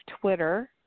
Twitter